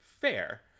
fair